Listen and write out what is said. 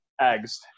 eggs